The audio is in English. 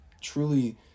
truly